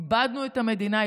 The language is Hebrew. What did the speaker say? איבדנו את המדינה,